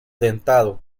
dentado